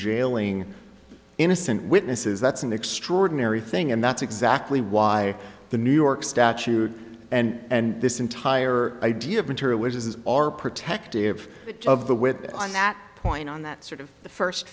jailing innocent witnesses that's an extraordinary thing and that's exactly why the new york statute and this entire idea of material which is our protective of the with that point on that sort of the first